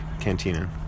Cantina